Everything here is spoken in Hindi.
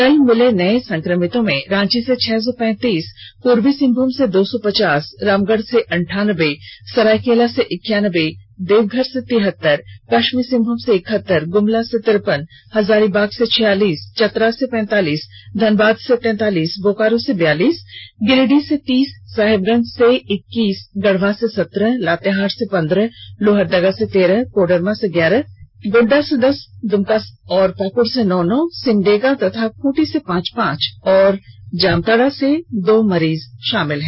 कल मिले नए संक्रमितों में रांची से छह सौ पैंतीस पूर्वी सिंहभूम से दो सौ पचास रामगढ़ से अंठानबे सरायकेला से इक्यानबे देवघर से तिहतर पश्चिमी सिंहभूम से एकहतर गुमला से तिरेपन हजारीबाग से छियालीस चतरा से पैंतालीस धनबाद से तैंतालीस बोकारो से बयालीस गिरिडीह से तीस साहेबगंज से इक्कीस गढ़वा से सत्रह लातेहार से पंद्रह लोहरदगा से तेरह कोडरमा से ग्यारह गोड़डा से दस दुमका और पाकुड़ से नौ नौ सिमडेगा और खूंटी से पांच पांच और जामताड़ा से दो मरीज शामिल हैं